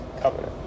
covenant